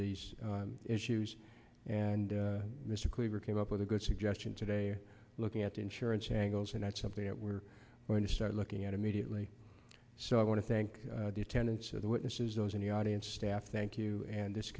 these issues and mr cleaver came up with a good suggestion today looking at the insurance angles and that's something that we're going to start looking at immediately so i want to thank the attendance of the witnesses those in the audience staff thank you and this